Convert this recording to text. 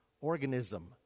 organism